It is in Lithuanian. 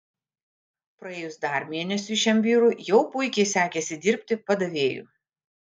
praėjus dar mėnesiui šiam vyrui jau puikiai sekėsi dirbti padavėju